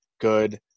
Good